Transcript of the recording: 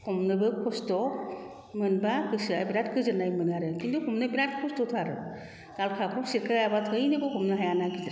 हमनोबो खष्ट' मोनबा गोसोया बिराद गोजोननाय मोनो आरो खिन्थु हमनो बिराद खष्टथार गालखाबफ्राव सेख्रेबाबा थैनोबो हमनो हाया ना गिदिरखौ